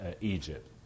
Egypt